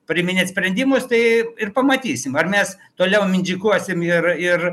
priiminėt sprendimus tai ir pamatysim ar mes toliau mindžikuosim ir ir